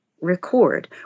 record